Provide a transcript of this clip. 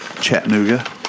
Chattanooga